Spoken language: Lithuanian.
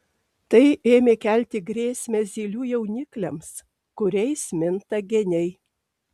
tai ėmė kelti grėsmę zylių jaunikliams kuriais minta geniai